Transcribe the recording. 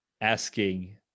asking